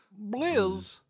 Blizz